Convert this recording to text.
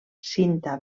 cinta